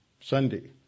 Sunday